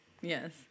Yes